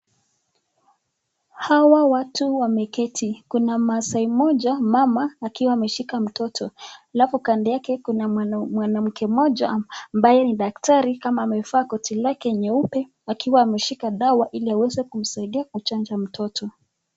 Hawa watu wameketi. Kuna maasai mmoja mama, akiwa ameshika mtoto. Halafu kando yake, kuna mwanamke moja ambaye ni daktari kama amevaa koti lake nyeupe akiwa ameshika dawa ili aweze kumsaidia kumchanja mtoto.